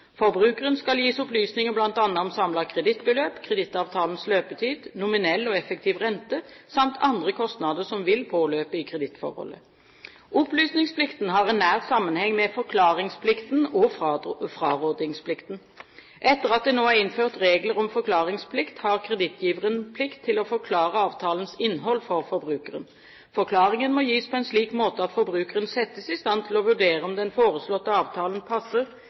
Forbrukeren skal gis opplysninger bl.a. om samlet kredittbeløp, kredittavtalens løpetid, nominell og effektiv rente samt andre kostnader som vil påløpe i kredittforholdet. Opplysningsplikten har en nær sammenheng med forklaringsplikten og frarådingsplikten. Etter at det nå er innført regler om forklaringsplikt, har kredittgiveren en plikt til å forklare avtalens innhold for forbrukeren. Forklaringen må gis på en slik måte at forbrukeren settes i stand til å vurdere om den foreslåtte avtalen passer